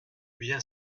bien